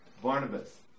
Barnabas